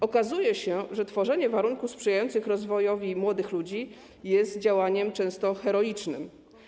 Okazuje się, że tworzenie warunków sprzyjających rozwojowi młodych ludzi jest działaniem często heroicznym.